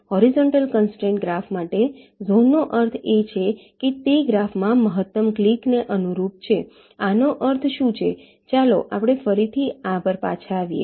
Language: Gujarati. હોરીઝોન્ટલ કન્સ્ટ્રેંટ ગ્રાફ માટે ઝોનનો અર્થ છે કે તે ગ્રાફમાં મહત્તમ ક્લીક ને અનુરૂપ છે આનો અર્થ શું છે ચાલો આપણે ફરીથી આ પર પાછા આવીએ